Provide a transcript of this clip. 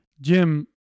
Jim